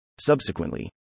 Subsequently